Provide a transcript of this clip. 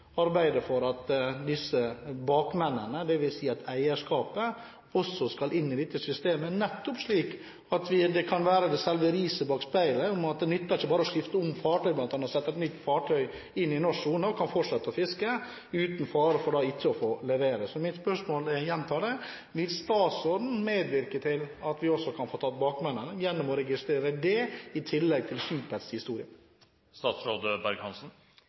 at bakmennene, dvs. eierskapet, også skal inn i dette systemet, slik at det kan være selve riset bak speilet for at det ikke nytter å skifte fartøy og sette et nytt fartøy inn i norsk sone som kan fortsette å fiske uten fare for ikke å få levere? Mitt spørsmål er, og jeg gjentar det: Vil statsråden medvirke til at vi også kan få tatt bakmennene, gjennom å registrere dem i tillegg til